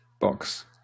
box